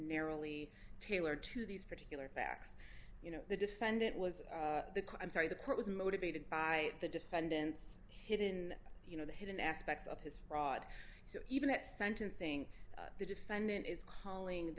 narrowly tailored to these particular facts you know the defendant was i'm sorry the court was motivated by the defendant's hit in you know the hidden aspects of his fraud so even at sentencing the defendant is calling